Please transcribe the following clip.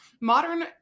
Modern